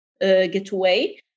getaway